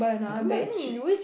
I don't like cheap